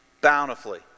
bountifully